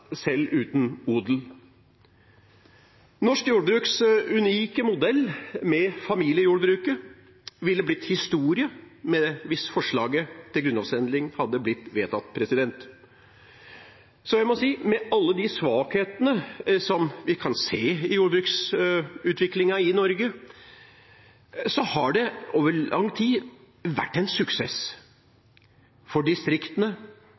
selv uten odel. Norsk jordbruks unike modell med familiejordbruket ville blitt historie hvis forslaget til grunnlovsendring hadde blitt vedtatt. Med alle de svakhetene som vi kan se i jordbruksutviklingen i Norge, har det over lang tid vært en suksess, for distriktene